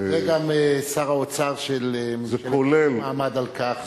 זה גם שר האוצר של קדימה עמד על כך,